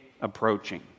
approaching